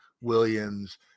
Williams